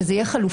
שזה יהיה חלופי,